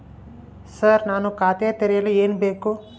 Sir ನಾನು ಖಾತೆ ತೆರೆಯಲು ಏನು ಬೇಕು?